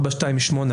428,